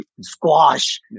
squash